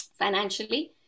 financially